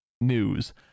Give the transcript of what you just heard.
news